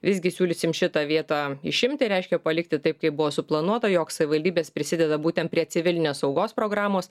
visgi siūlysim šitą vietą išimti reiškia palikti taip kaip buvo suplanuota jog savivaldybės prisideda būtent prie civilinės saugos programos